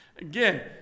Again